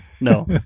no